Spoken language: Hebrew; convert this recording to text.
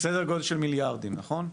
סדר גודל של מיליארדים, נכון?